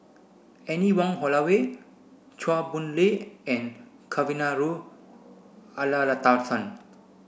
Anne Wong Holloway Chua Boon Lay and Kavignareru